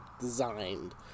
designed